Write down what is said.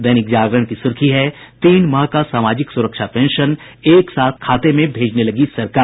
दैनिक जागरण की सुर्खी है तीन माह का सामाजिक सुरक्षा पेंशन एक साथ खाते में भेजने लगी सरकार